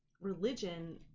religion